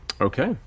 Okay